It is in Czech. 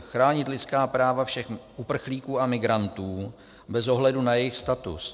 Chránit lidská práva všech uprchlíků a migrantů bez ohledu na jejich status.